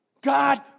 God